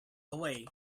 away